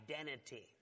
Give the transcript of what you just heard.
identity